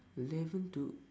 eleven to